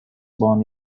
born